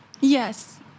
Yes